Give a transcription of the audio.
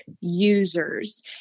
users